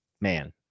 man